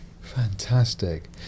Fantastic